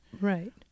Right